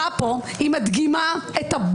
שיש פה ציטוט מקהלת "לעושר השמור לבעליו לרעתו".